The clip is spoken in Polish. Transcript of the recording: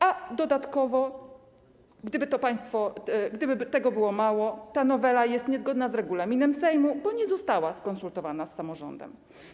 A dodatkowo, gdyby tego było mało, ta nowela jest niezgodna z regulaminem Sejmu, bo nie została skonsultowana z samorządem.